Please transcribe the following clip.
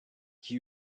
qui